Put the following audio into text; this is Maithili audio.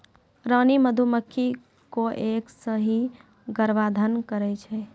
रानी मधुमक्खी कोय एक सें ही गर्भाधान करै छै